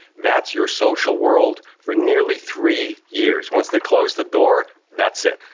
that's your social world for nearly three years. once they close the door, that's it.